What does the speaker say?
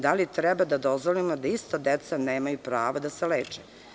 Da li treba da dozvolimo da ista deca nemaju pravo da se leče?